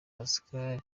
pascal